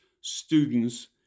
students